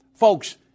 Folks